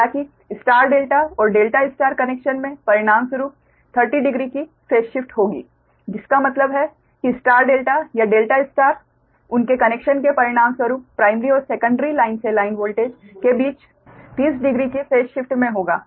हालांकि star delta और delta star connection में परिणामस्वरूप 30 डिग्री की फेस शिफ्ट होगी जिसका मतलब है कि स्टार डेल्टा या डेल्टा स्टार उनके कनेक्शन के परिणाम स्वरूप प्राइमरी और सेकंडरी लाइन से लाइन वोल्टेज के बीच 30 डिग्री की फेस शिफ्ट में होगा